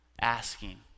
asking